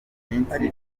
minsi